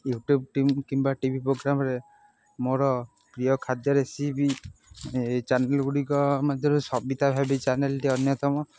YouTube କିମ୍ବା TV ପ୍ରୋଗ୍ରାମରେ ମୋର ପ୍ରିୟ ଖାଦ୍ୟ ରେସିପି ଚ୍ୟାନେଲ ଗୁଡ଼ିକ ମଧ୍ୟରୁ ସବିତା ଭାବି ଚ୍ୟାନେଲଟି ଅନ୍ୟତମ